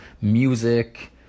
music